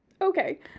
Okay